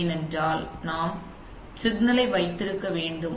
ஏனென்றால் நாம் சிக்னலை வைத்திருக்க வேண்டும்